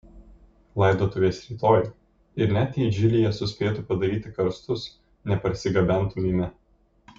laidotuvės rytoj ir net jei džilyje suspėtų padaryti karstus neparsigabentumėme